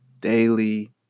daily